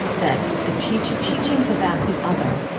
that the teachings teachings about the other,